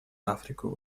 африку